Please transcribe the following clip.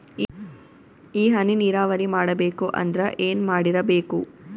ಈ ಹನಿ ನೀರಾವರಿ ಮಾಡಬೇಕು ಅಂದ್ರ ಏನ್ ಮಾಡಿರಬೇಕು?